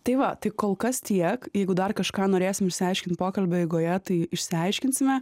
tai va tai kol kas tiek jeigu dar kažką norėsim išsiaiškint pokalbio eigoje tai išsiaiškinsime